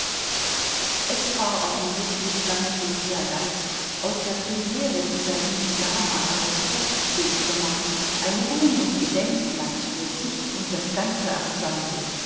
es war offensichtlich flamettis ehrgeiz aus der premiere dieser indianer einen festzug zu machen ein ruhm und gedenkblatt für sich und das ganze ensemble